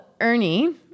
Ernie